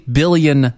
billion